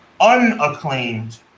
unacclaimed